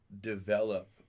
develop